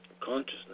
consciousness